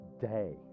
day